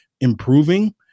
improving